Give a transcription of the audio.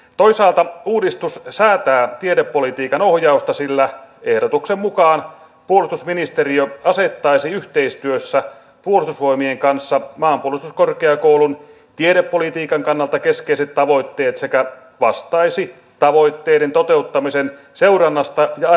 toisaalta uudistus säätää tiedepolitiikan ohjausta sillä ehdotuksen mukaan puolustusministeriö asettaisi yhteistyössä puolustusvoimien kanssa maanpuolustuskorkeakoulun tiedepolitiikan kannalta keskeiset tavoitteet sekä vastaisi tavoitteiden toteuttamisen seurannasta ja arvioinnista